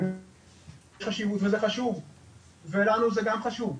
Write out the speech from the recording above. האם יש חשיבות וזה חשוב ולנו זה גם חשוב,